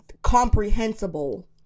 Comprehensible